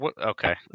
okay